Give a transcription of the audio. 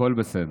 בסדר.